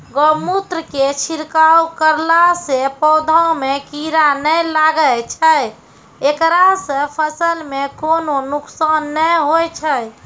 गोमुत्र के छिड़काव करला से पौधा मे कीड़ा नैय लागै छै ऐकरा से फसल मे कोनो नुकसान नैय होय छै?